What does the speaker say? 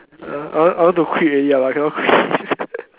I want I want to quit already but I cannot quit